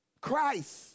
Christ